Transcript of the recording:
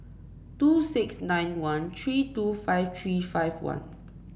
two six nine one three two five three five one